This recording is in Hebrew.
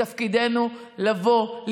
מתפקידנו לבוא,